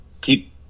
keep